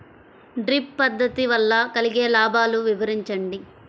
Drip పద్దతి వల్ల కలిగే లాభాలు వివరించండి?